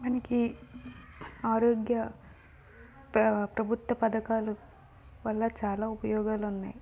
మనకి ఆరోగ్య ప్ర ప్రభుత్వ పథకాలు వల్ల చాలా ఉపయోగాలు ఉన్నాయి